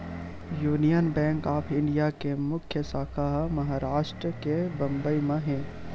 union Bank of India के मुख्य साखा ह महारास्ट के बंबई म हे